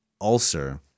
ulcer